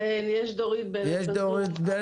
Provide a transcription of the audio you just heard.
אני כאן בזום, אהלן.